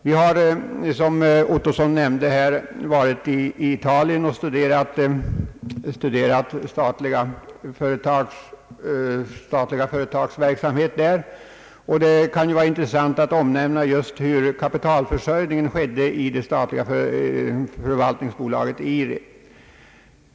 Vi har, som herr Ottosson nämnde, varit i Italien och studerat statlig företagsverksamhet, och det kan vara intressant att nämna just hur kapitalförsörjningen ordnades i det statliga förvaltningsbolaget IRI.